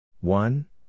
one